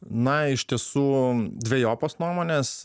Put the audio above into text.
na iš tiesų dvejopos nuomonės